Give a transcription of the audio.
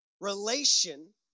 relation